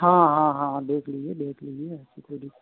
हाँ हाँ हाँ देख लीजिए देख लीजिए ऐसी कोई दिक़्क़त